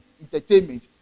entertainment